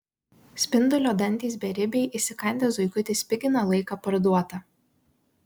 spindulio dantys beribiai įsikandę zuikutį spigina laiką parduotą